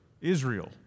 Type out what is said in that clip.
Israel